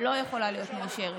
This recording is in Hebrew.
לא יכולה להיות מאושרת.